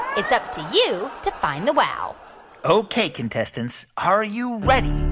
it's up to you to find the wow ok, contestants, are you ready?